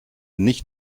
nicht